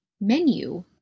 menu